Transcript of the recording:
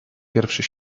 pierwszy